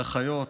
לאחיות,